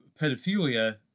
pedophilia